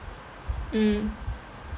mm